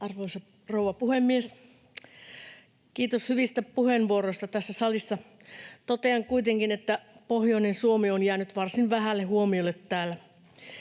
Arvoisa rouva puhemies! Kiitos hyvistä puheenvuoroista tässä salissa. Totean kuitenkin, että pohjoinen Suomi on jäänyt varsin vähälle huomiolle täällä.